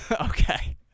Okay